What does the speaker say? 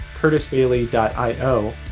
curtisbailey.io